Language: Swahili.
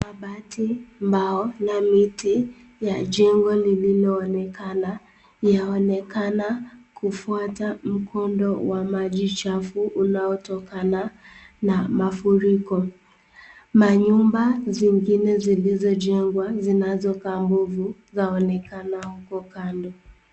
Mabati, mbao na miti ya jengo linalo onekana, yaonekana kufuata mkondo wa maji chafu unaotokana na mafuriko, nyumba zengine zilizojengwa zinazo Kaa mbovu yaonekana uko kando.